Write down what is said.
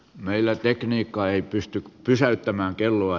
meillä tekniikka ei pysty pysäyttämään kelloa